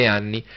anni